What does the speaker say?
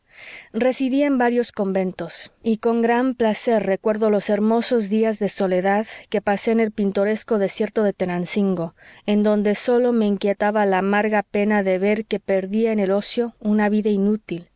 residí en varios conventos y con gran placer recuerdo los hermosos días de soledad que pasé en el pintoresco desierto de tenancingo en donde sólo me inquietaba la amarga pena de ver que perdía en el ocio una vida inútil